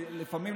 לפעמים,